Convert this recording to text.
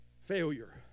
failure